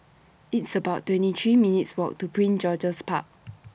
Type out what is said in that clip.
It's about twenty three minutes' Walk to Prince George's Park